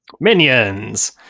minions